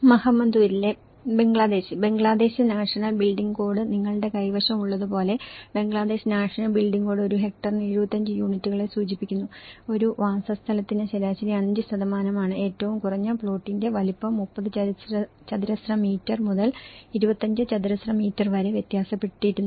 മഹമ്മദ്പൂരിലെ ബംഗ്ലാദേശിൽ Bangladesh national building code നിങ്ങളുടെ കൈവശം ഉള്ളത് പോലെ ബംഗ്ലാദേശ് നാഷണൽ ബിൽഡിംഗ് കോഡ് ഒരു ഹെക്ടറിന് 75 യൂണിറ്റുകളെ സൂചിപ്പിക്കുന്നു ഒരു വാസസ്ഥലത്തിന് ശരാശരി 5 ആണ് ഏറ്റവും കുറഞ്ഞ പ്ലോട്ടിന്റെ വലുപ്പം 30 ചതുരശ്ര മീറ്റർ മുതൽ 25 ചതുരശ്ര മീറ്റർ വരെ വ്യത്യാസപ്പെടുന്നു